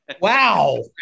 Wow